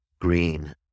green